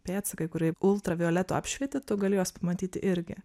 pėdsakai kur jei ultravioletu apšvieti tu gali juos pamatyt irgi